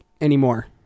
anymore